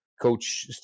Coach